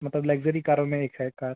मतलब लक्ज़री कारों में एक है कार